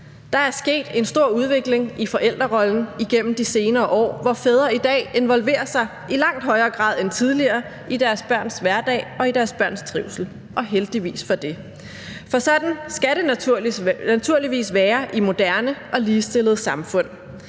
Der er sket en stor udvikling i forældrerollen igennem de senere år, hvor fædre i dag involverer sig i langt højere grad end tidligere i deres børns hverdag og i deres børns trivsel – og heldigvis for det! For sådan skal det naturligvis være i moderne og ligestillede samfund.